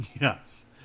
Yes